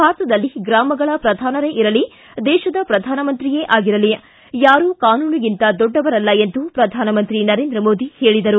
ಭಾರತದಲ್ಲಿ ಗ್ರಾಮಗಳ ಪ್ರಧಾನರೇ ಇರಲಿ ದೇಶದ ಪ್ರಧಾನಮಂತ್ರಿಯೇ ಆಗಿರಲಿ ಯಾರೂ ಕಾನೂನಿಗಿಂತ ದೊಡ್ಡವರಲ್ಲ ಎಂದು ಪ್ರಧಾನಮಂತ್ರಿ ನರೇಂದ್ರ ಮೋದಿ ಹೇಳಿದರು